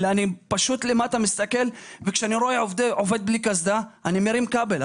אלא אני מסתכל למטה וכשאני רואה עובד בלי קסדה אני מרים כבל.